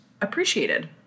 appreciated